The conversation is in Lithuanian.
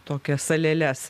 tokias saleles